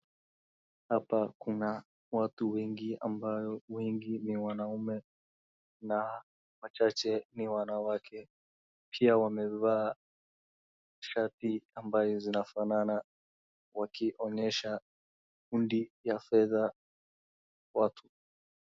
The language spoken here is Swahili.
Hapa kuna watu wengi ambayo wengi ni wanaume na wachache ni wanawake. Pia wamevaa shati ambazo zinafanana wakionyesha kundi ya fedha watu.